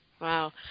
Wow